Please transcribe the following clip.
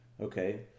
Okay